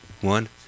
one